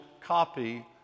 copy